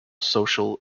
social